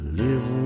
live